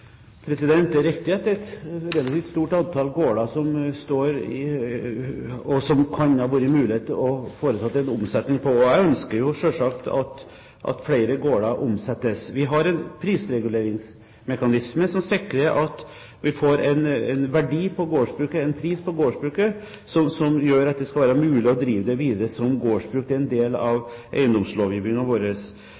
Det er riktig at det er et relativt stort antall gårder som det kunne være mulig å foreta en omsetning av. Jeg ønsker selvsagt at flere gårder omsettes. Vi har en prisreguleringsmekanisme som sikrer at vi får en pris på gårdsbruk som gjør at det skal være mulig å drive det videre som gårdsbruk. Det er en del av